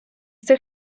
цих